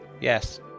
Yes